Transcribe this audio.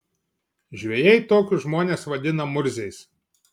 žvejai tokius žmones vadina murziais